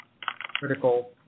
critical